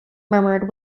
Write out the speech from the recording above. murmured